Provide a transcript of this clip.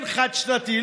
כן חד-שנתי,